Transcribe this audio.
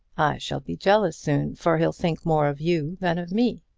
i shall be jealous soon for he'll think more of you than of me.